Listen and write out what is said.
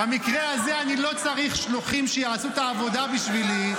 במקרה הזה אני לא צריך שלוחים שיעשו את העבודה בשבילי,